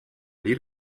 dir